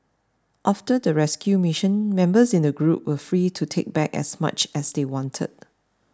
after the rescue mission members in the group were free to take back as much as they wanted